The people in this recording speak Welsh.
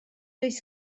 oes